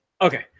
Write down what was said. Okay